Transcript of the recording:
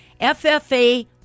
FFA